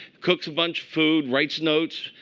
cooks a bunch food, writes notes,